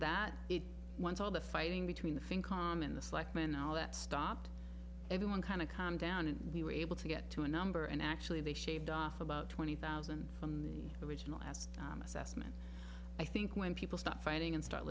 that it was all the fighting between the finn com and the selectmen all that stopped everyone kind of calmed down and we were able to get to a number and actually they shaved off about twenty thousand from the original asked assessment i think when people stop fighting and start